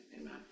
amen